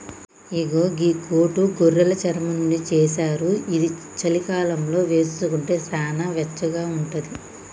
ఇగో గీ కోటు గొర్రెలు చర్మం నుండి చేశారు ఇది చలికాలంలో వేసుకుంటే సానా వెచ్చగా ఉంటది